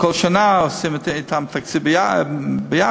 כל שנה עושים אתם תקציב ביחד.